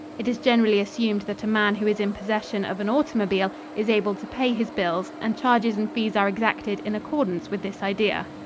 it is generally assumed that a man who is in possession of an automobile is able to pay his bills, and charges and fees are exacted in accordance with this idea.